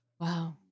Wow